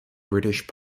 british